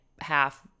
half